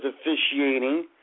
officiating